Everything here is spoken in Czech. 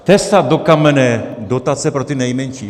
Tesat do kamene dotace pro ty nejmenší.